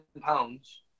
pounds